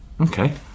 Okay